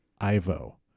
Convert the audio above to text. Ivo